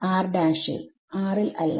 ൽ ൽ അല്ല